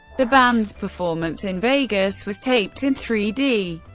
the band's performance in vegas was taped in three d,